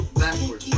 backwards